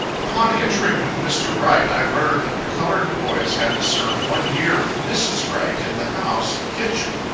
upon entering with mr. wright, i learned that the colored boys had to serve one year with mrs. wright, in the house and kitchen.